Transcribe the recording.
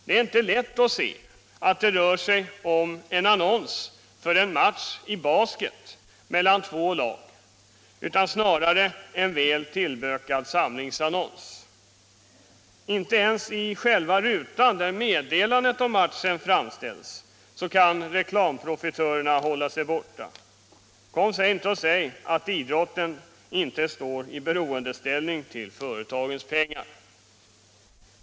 Det är inte lätt att se att det rör sig om en annons för en basketmatch mellan två lag, utan det verkar snarare vara en väl tillbökad samlingsannons. Inte ens i själva den ruta där meddelandet om matchen framställs kan reklamprofitörerna hålla sig borta. Kom sedan inte och säg att idrotten inte står i beroendeställning till företagens pengar!